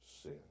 sin